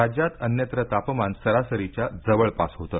राज्यात अन्यत्र तापमान सरासरीच्या जवळपास होतं